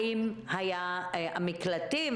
לגבי המקלטים,